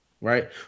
right